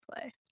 play